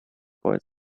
boy